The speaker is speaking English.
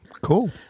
Cool